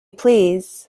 please